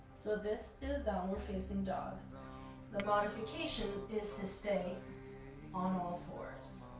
so this is downward-facing dog. the modification is to stay on all fours.